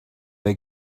they